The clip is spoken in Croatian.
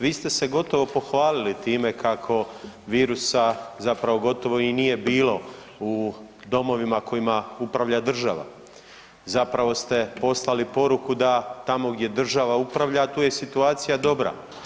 Vi ste se gotovo pohvalili time kako virusa zapravo gotovo i nije bilo u domovina kojima upravlja država, zapravo ste poslali poruku da tamo gdje država upravlja tu je situacija dobra.